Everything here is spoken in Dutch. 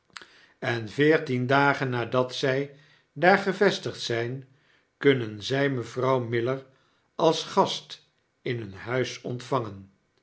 en veertien dagen nadat zy daar gevestigd zyn kunnen zij mevrouw miller als gast in hun huis ontvangen